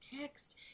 text